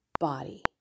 body